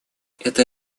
эта